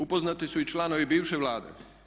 Upoznati su i članovi bivše Vlade.